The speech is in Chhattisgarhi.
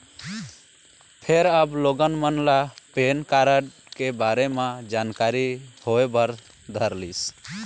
फेर अब लोगन मन ल पेन कारड के बारे म जानकारी होय बर धरलिस